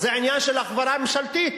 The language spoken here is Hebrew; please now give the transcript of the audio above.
אז זה עניין של הכוונה ממשלתית,